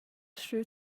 stuiu